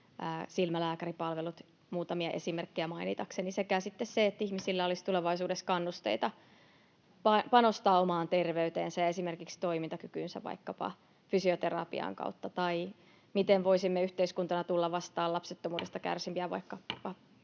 tai silmälääkäripalvelut, muutamia esimerkkejä mainitakseni. Sekä sitten se, että ihmisillä olisi tulevaisuudessa kannusteita panostaa omaan terveyteensä ja toimintakykyynsä vaikkapa fysioterapian kautta, tai miten voisimme yhteiskuntana tulla vastaan lapsettomuudesta kärsiviä